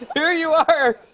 here you are,